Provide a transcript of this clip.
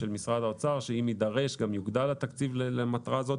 שאם יידרש גם יוגדל התקציב למטרה הזאת.